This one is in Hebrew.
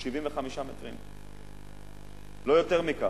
הוא 75 מטרים רבועים, לא יותר מכך.